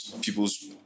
people's